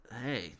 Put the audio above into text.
Hey